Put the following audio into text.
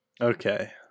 Okay